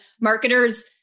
marketers